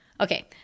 Okay